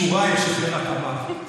"משורה ישחרר רק המוות".